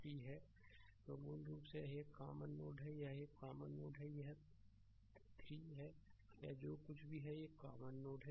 slide समय देखें 1607 तो मूल रूप से यह एक कॉमन नोड है यह एक कॉमन नोड है यह 3 है यह जो कुछ भी है यह एक कॉमन नोड है